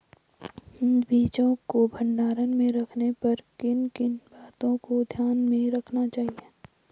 बीजों को भंडारण में रखने पर किन किन बातों को ध्यान में रखना चाहिए?